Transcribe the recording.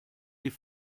die